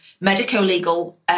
medico-legal